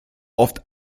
oft